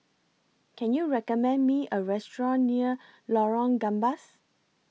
Can YOU recommend Me A Restaurant near Lorong Gambas